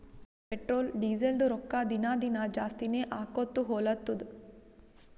petrol, ಡೀಸೆಲ್ದು ರೊಕ್ಕಾ ದಿನಾ ದಿನಾ ಜಾಸ್ತಿನೇ ಆಕೊತ್ತು ಹೊಲತ್ತುದ್